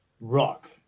Rock